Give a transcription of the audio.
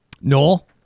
Noel